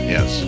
Yes